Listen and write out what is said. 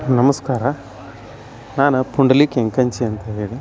ನಮಸ್ಕಾರ ನಾನು ಪುಂಡಲೀಕ್ ಹೆಂಕಂಚಿ ಅಂತ ಹೇಳಿ